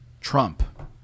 Trump